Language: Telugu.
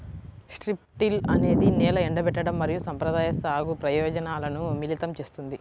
స్ట్రిప్ టిల్ అనేది నేల ఎండబెట్టడం మరియు సంప్రదాయ సాగు ప్రయోజనాలను మిళితం చేస్తుంది